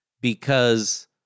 Because-